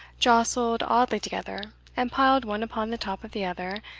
jostled oddly together, and piled one upon the top of the other,